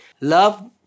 love